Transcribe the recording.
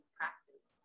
practice